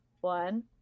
one